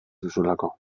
duzulako